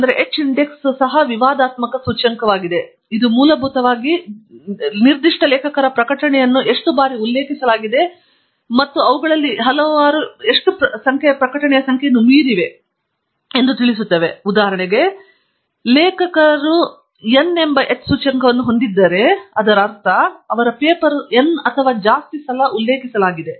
h ಸೂಚ್ಯಂಕ ಮತ್ತೆ ವಿವಾದಾತ್ಮಕ ಸೂಚ್ಯಂಕವಾಗಿದೆ ಇದು ಮೂಲಭೂತವಾಗಿ ನಿರ್ದಿಷ್ಟ ಲೇಖಕರ ಪ್ರಕಟಣೆಯನ್ನು ಉಲ್ಲೇಖಿಸಿದ ಎಷ್ಟು ಬಾರಿ ಉಲ್ಲೇಖಿಸುತ್ತದೆ ಮತ್ತು ಅವುಗಳಲ್ಲಿ ಹಲವರು ಪ್ರಕಟಣೆಯ ಸಂಖ್ಯೆಯನ್ನು ಮೀರಿವೆ ಅಂದರೆ ಲೇಖಕನು n ನ h ಸೂಚ್ಯಂಕವನ್ನು ಹೊಂದಿದ್ದಾನೆ ಎಂದು ನಾವು ಹೇಳಿದಾಗ n n ಪೇಪರ್ಸ್ ಅನ್ನು n times ಅಥವಾ more ಎಂದು ಉಲ್ಲೇಖಿಸಲಾಗಿದೆ